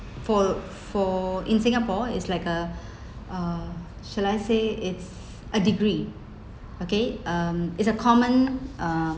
for for in singapore it's like a a shall I say it's a degree okay um it's a common uh